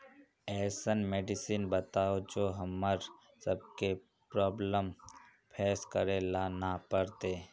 ऐसन मेडिसिन बताओ जो हम्मर सबके प्रॉब्लम फेस करे ला ना पड़ते?